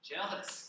Jealous